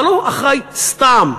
אתה לא אחראי סתם.